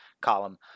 column